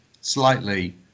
slightly